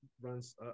runs